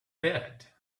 bed